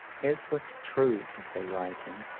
as with true essay-writing,